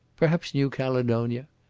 perhaps new caledonia.